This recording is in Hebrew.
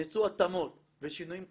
נעשו התאמות ושינויים קלים.